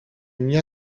μια